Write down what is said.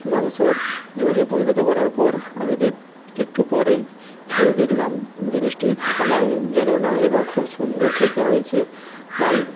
মাংসর ঝোলে পরিণত করার পর আমি একটু পরে খেয়ে দেখলাম জিনিসটি ফেলাও গেলো না এবং খুব সুন্দর খেতে হয়েছে তাই